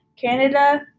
Canada